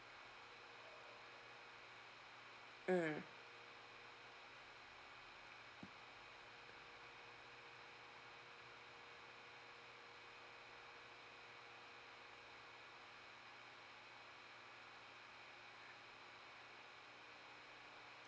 mm